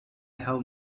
have